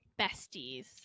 besties